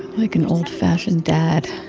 like an old-fashioned dad.